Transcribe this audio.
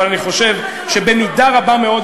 אבל אני חושב שבמידה רבה מאוד,